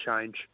change